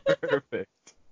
Perfect